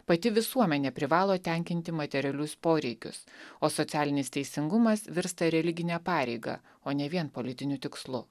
pati visuomenė privalo tenkinti materialius poreikius o socialinis teisingumas virsta religine pareiga o ne vien politiniu tikslu